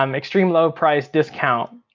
um extreme low price discount.